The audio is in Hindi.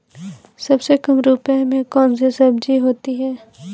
सबसे कम रुपये में कौन सी सब्जी होती है?